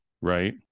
right